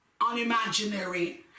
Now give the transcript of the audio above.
unimaginary